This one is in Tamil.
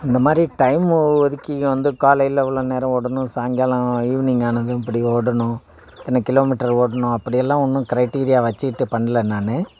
இந்த மாதிரி டைமை ஒதுக்கி வந்து காலையில் இவ்வளோ நேரம் ஓடணும் சாய்ங்காலம் ஈவினிங் ஆனதும் இப்படி ஓடணும் இத்தனை கிலோமீட்டரு ஓடணும் அப்படியெல்லாம் ஒன்றும் க்ரைட்டீரியா வச்சுக்கிட்டு பண்ணல நான்